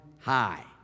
high